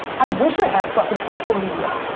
i wish i had fuckin' social media.